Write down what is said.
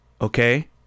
Okay